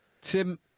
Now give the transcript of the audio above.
Tim